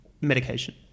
medication